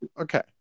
Okay